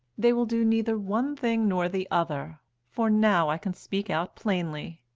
they will do neither one thing nor the other for now i can speak out plainly.